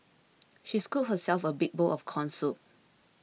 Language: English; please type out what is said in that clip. she scooped herself a big bowl of Corn Soup